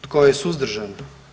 Tko je suzdržan?